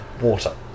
water